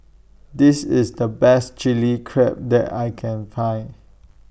This IS The Best Chilli Crab that I Can Find